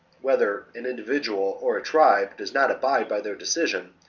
whether an individual or a tribe, does not abide by their decision,